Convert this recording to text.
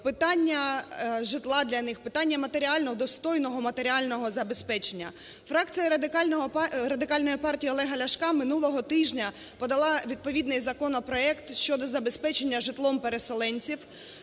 питання житла для них, питання матеріального, достойного матеріального забезпечення. Фракція Радикальної партії Олега Ляшка минулого тижня подала відповідний законопроект щодо забезпечення житлом переселенців,